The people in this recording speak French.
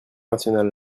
nationale